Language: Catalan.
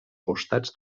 costats